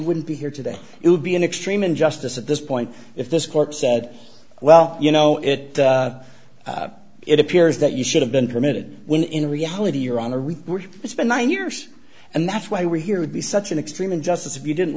wouldn't be here today it would be an extreme injustice at this point if this court said well you know it it appears that you should have been permitted when in reality you're on a real it's been nine years and that's why we're here would be such an extreme injustice if you didn't